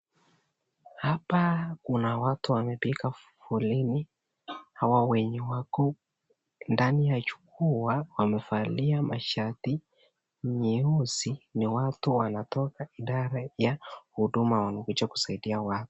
Hapa kuna watu wamepiga foleni. Hawa wenye wako ndani ya jukwaa wamevalia mashati nyeusi ni watu wanatoka idara ya Huduma wamekuja kusaidia watu.